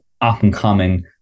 up-and-coming